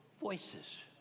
voices